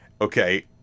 okay